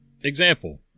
Example